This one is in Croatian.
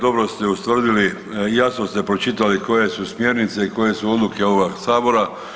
Dobro ste ustvrdili, jasno ste pročitali koje su smjernice i koje su odluke ovoga Sabora.